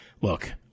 look